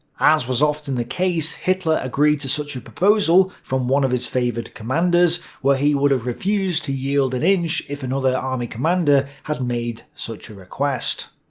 as was often the case, hitler agreed to such a proposal from one of his favoured commanders, where he would have refused to yield an inch if another army group commander had made such a request.